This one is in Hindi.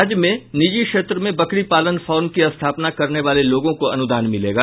राज्य में निजी क्षेत्र में बकरीपालन फॉर्म की स्थापना करने वाले लोगों को अनुदान मिलेगा